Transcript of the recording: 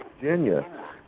Virginia